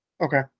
Okay